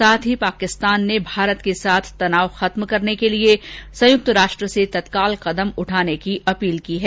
साथ ही पाकिस्तान ने भारत के साथ तनाव खत्म कराने के लिए संयुक्त राष्ट्र से तत्काल कदम उठाने की अपील की है